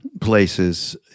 places